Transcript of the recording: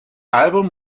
album